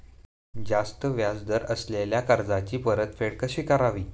जास्त व्याज दर असलेल्या कर्जाची परतफेड कशी करावी?